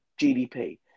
GDP